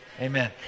Amen